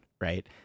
right